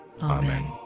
Amen